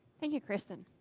thank you kristan.